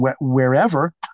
wherever